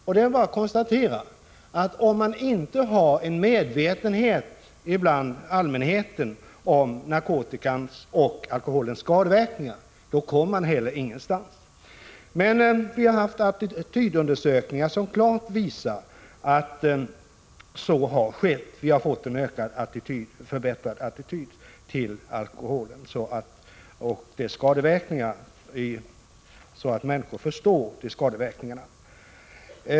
Vi kan konstatera att om vi inte har en medvetenhet bland allmänheten om narkotikans och alkoholens skadeverkningar, då kommer man heller ingenstans. Men vi har haft attitydundersökningar som klart visar att vi har fått en förbättrad attityd till alkoholen så att människor förstår dess skadeverkningar.